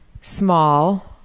small